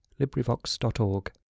LibriVox.org